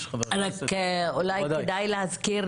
אולי כדאי להזכיר